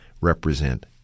represent